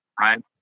right